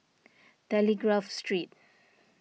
Telegraph Street